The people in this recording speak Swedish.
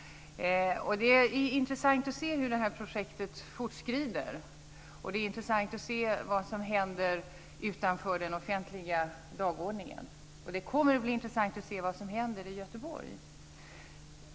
Det är intressant att se hur det här projektet fortskrider och att se vad som händer utanför den offentliga dagordningen. Och det kommer att bli intressant att se vad som händer i Göteborg.